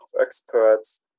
experts